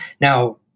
Now